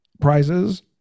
prizes